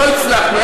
לא הצלחנו,